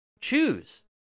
choose